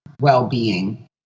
well-being